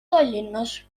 tallinnas